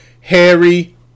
Harry